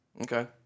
Okay